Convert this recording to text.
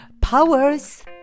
powers